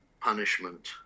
punishment